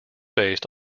based